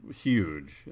huge